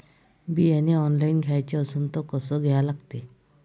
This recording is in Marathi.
बियाने ऑनलाइन घ्याचे असन त कसं घ्या लागते?